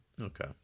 Okay